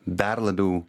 dar labiau